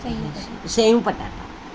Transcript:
सयूं पटाटा